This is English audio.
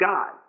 God